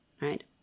right